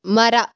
ಮರ